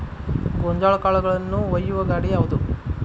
ಗೋಂಜಾಳ ಕಾಳುಗಳನ್ನು ಒಯ್ಯುವ ಗಾಡಿ ಯಾವದು?